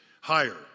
higher